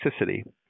toxicity